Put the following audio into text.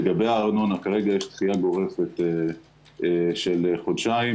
לגבי הארנונה כרגע יש דחייה גורפת של חודשיים